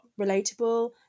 relatable